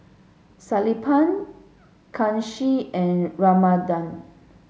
Sellapan Kanshi and Ramanand